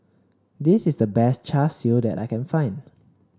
this is the best Char Siu that I can find